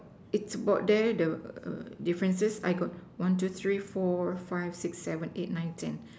it's about there the err differences got one two three four five six seven eight nine ten